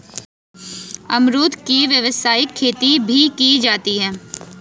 अमरुद की व्यावसायिक खेती भी की जाती है